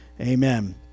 Amen